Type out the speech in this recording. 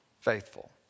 faithful